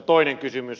toinen kysymys